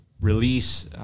release